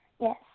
yes